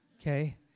okay